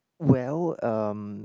well um